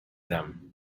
them